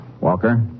Walker